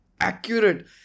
accurate